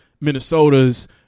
minnesota's